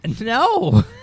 No